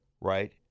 right